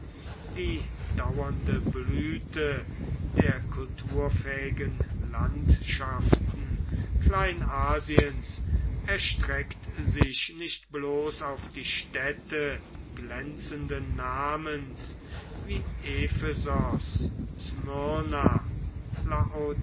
die dauernde blüte der kulturfähigen landschaften kleinasiens erstreckt sich nicht bloß auf die städte glänzenden namens wie ephesos